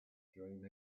dream